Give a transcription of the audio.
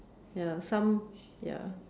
ya some ya